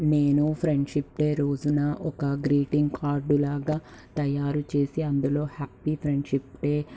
నేను Friendship Day రోజున ఒక గ్రీటింగ్ కార్డులాగా తయారుచేసి అందులో హ్యాపీ ఫ్రెండ్షిప్ డే